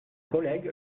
collègue